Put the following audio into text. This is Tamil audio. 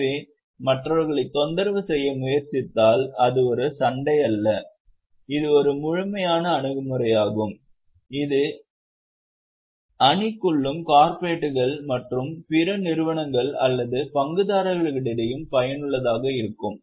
எனவே மற்றவர்களைத் தொந்தரவு செய்ய முயற்சித்தால் அது ஒரு சண்டை அல்ல இது ஒரு முழுமையான அணுகுமுறையாகும் இது அணிக்குள்ளும் கார்ப்பரேட்டுகள் மற்றும் பிற நிறுவனங்கள் அல்லது பங்குதாரர்களிடையேயும் பயனுள்ளதாக இருக்கும்